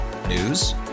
News